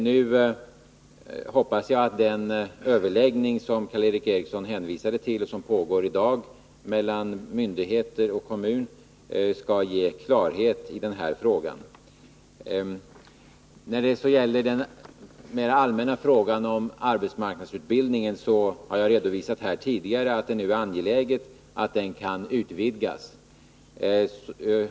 Jag hoppas att den överläggning som Karl Erik Eriksson hänvisade till och som pågår i dag mellan myndigheter och kommun skall ge klarhet i den här frågan. När det sedan gäller den mer allmänna frågan om arbetsmarknadsutbildningen har jag tidigare redovisat att det nu är angeläget att den kan utvidgas.